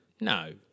No